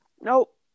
Nope